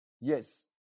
yes